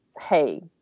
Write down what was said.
hey